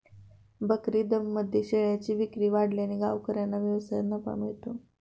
बकरीदमध्ये शेळ्यांची विक्री वाढल्याने गावकऱ्यांना व्यवसायात नफा मिळतो